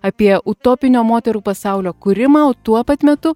apie utopinio moterų pasaulio kūrimą o tuo pat metu